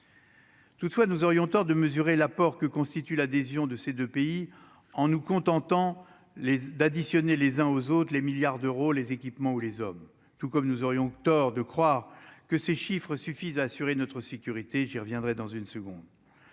Toutefois, nous aurions tort de mesurer l'apport que constitue l'adhésion de ces 2 pays en nous contentant les d'additionner les uns aux autres, les milliards d'euros, les équipements ou les hommes tout comme nous aurions tort de croire que ces chiffres suffisent à assurer notre sécurité, j'y reviendrai dans une seconde,